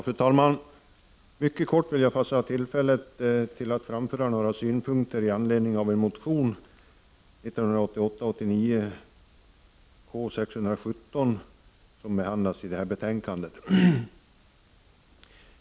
Fru talman! Jag vill passa på tillfället att kortfattat framföra några synpunkter i anledning av motion 1988/89:K617 som behandlas i detta betänkande.